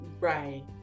right